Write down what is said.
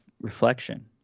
reflection